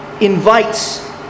invites